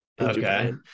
okay